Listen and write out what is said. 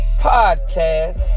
podcast